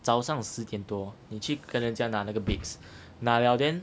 早上十点多你去跟人家拿那个 bakes 拿了 then